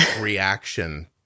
reaction